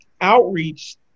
outreach